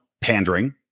pandering